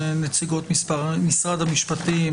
נציגות משרד המשפטים,